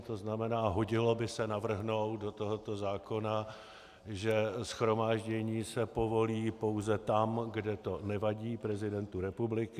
To znamená, hodilo by se navrhnout do tohoto zákona, že shromáždění se povolí pouze tam, kde to nevadí prezidentu republiky.